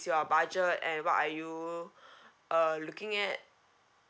your budget and what are you uh looking at